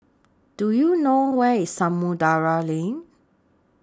Do YOU know Where IS Samudera Lane